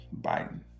biden